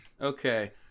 Okay